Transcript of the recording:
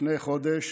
לפני חודש